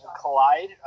collide